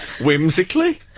Whimsically